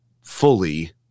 fully